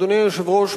אדוני היושב-ראש,